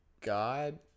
God